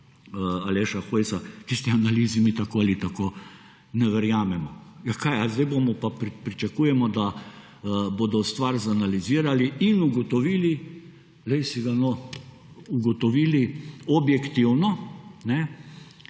Aleša Hojsa, tisti analizi mi tako ali tako ne verjamemo. Ja kaj, a zdaj bomo pa, pričakujemo, da bodo stvar analizirali in ugotovili, glej si ga no, ugotovili objektivno, da